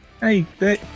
Hey